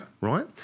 right